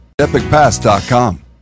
EpicPass.com